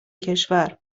کشور